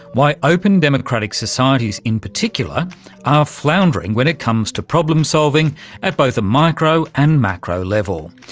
why open democratic societies in particular are floundering when it comes to problem solving at both a micro and macro level,